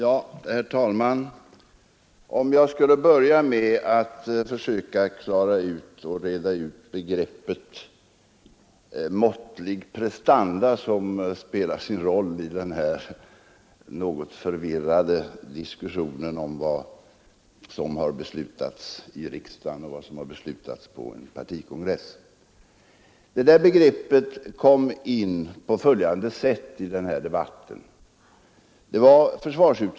Herr talman! Jag skall börja med att försöka reda ut begreppet ”måttliga prestanda”, som spelar sin roll i denna något förvirrade diskussion om vad som har beslutats i riksdagen och på en partikongress. Detta begrepp kom in på följande sätt i den här debatten.